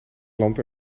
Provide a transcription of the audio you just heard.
land